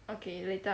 okay later